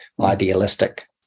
idealistic